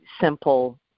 simple